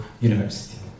University